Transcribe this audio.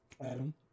adam